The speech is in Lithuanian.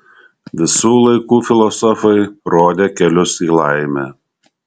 visų laikų filosofai rodė kelius į laimę